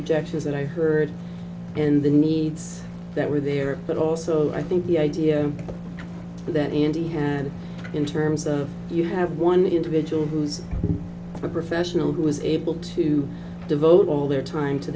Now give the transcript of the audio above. objections that i heard and the needs that were there but also i think the idea that andy had in terms of you have one individual who's a professional who was able to devote all their time to